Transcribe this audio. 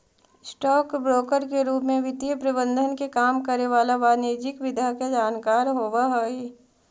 stock broker के रूप में वित्तीय प्रबंधन के काम करे वाला वाणिज्यिक विधा के जानकार होवऽ हइ